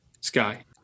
sky